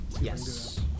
Yes